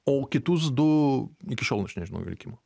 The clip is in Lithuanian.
o kitus du iki šiol aš nežinau jų likimo